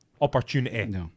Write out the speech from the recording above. opportunity